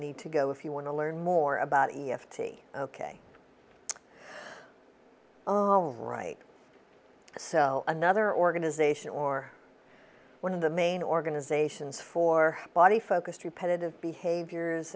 need to go if you want to learn more about e f t ok right so another organization or one of the main organizations for body focused repetitive behaviors